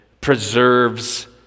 preserves